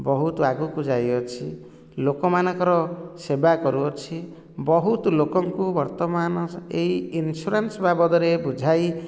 ବହୁତ ଆଗକୁ ଯାଇଅଛି ଲୋକମାନଙ୍କର ସେବା କରୁଅଛି ବହୁତ ଲୋକଙ୍କୁ ବର୍ତ୍ତମାନ ଏହି ଇନ୍ସୁରାନ୍ସ ବାବଦରେ ବୁଝାଇ